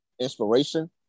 inspiration